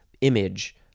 image